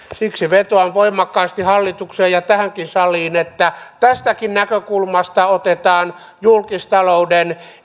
siksi vetoan voimakkaasti hallitukseen ja tähänkin saliin että tästäkin näkökulmasta otetaan julkistalouden